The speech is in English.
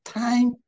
time